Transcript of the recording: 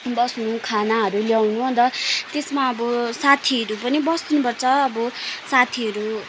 बस्नु खानाहरू ल्याउनु अन्त त्यसमा अब साथीहरू पनि बस्नु पर्छ अब साथीहरू